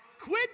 Quit